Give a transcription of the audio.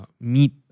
meet